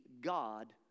God